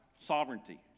sovereignty